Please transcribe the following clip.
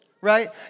right